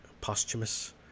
posthumous